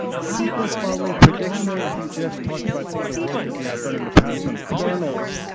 sequence modeling prediction, i think jeff talked about some of the work that we have done in the past and kernels.